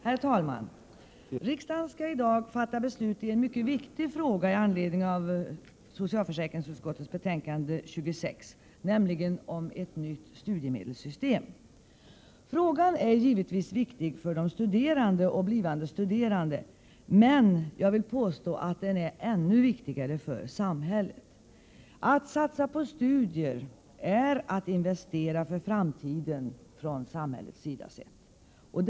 Herr talman! Riksdagen skall i dag fatta beslut i en mycket viktig fråga, nämligen frågan om ett nytt studiemedelssystem. Frågan är givetvis viktig för de studerande och för blivande studerande, men jag vill påstå att den är ännu viktigare för samhället. Att satsa på studier är att investera för framtiden från samhällets sida sett.